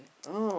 oh